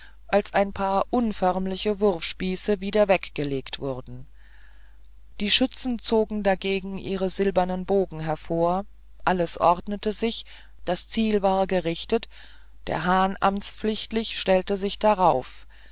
als ein paar unförmliche wurfspieße wieder weggelegt wurden die schützen zogen dagegen ihre silbernen bogen hervor alles ordnete sich das ziel war gerichtet der hahn amtspflichtlich stellte sich darauf